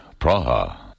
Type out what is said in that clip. Praha